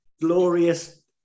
glorious